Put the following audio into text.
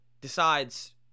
decides